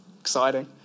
Exciting